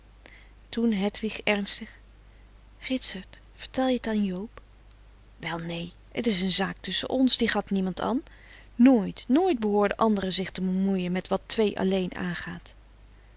toen hedwig ernstig ritsert vertel je t an joob wel nee het is een zaak tussen ons die gaat niemand an nooit nooit behoorden anderen zich te bemoeien met wat twee alleen aangaat